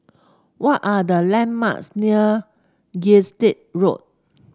what are the landmarks near Gilstead Road